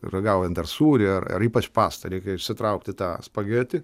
ragaujant ar sūrį ar ar ypač pastą reikia išsitraukti tą spageti